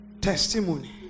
testimony